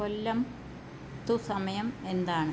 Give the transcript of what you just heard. കൊല്ലത്തു സമയം എന്താണ്